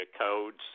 codes